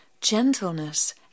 gentleness